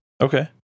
Okay